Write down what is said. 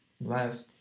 left